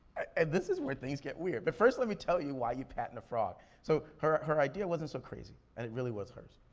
and this is where things get weird. but first let me tell you why you patent a frog. so, her her idea wasn't so crazy, and it really was hers.